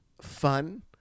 fun